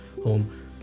home